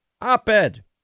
op-ed